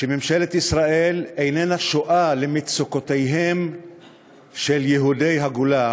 שממשלת ישראל איננה שועה למצוקותיהם של יהודי הגולה